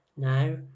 Now